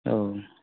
औ